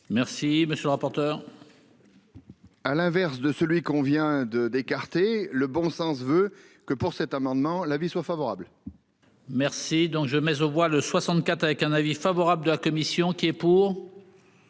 Merci monsieur le rapporteur.-- À l'inverse de celui qu'on vient de d'écarter le bon sens veut que pour cet amendement la vie soit favorable.-- Merci donc je mais au voit le 64 avec un avis favorable de la commission qui est pour.--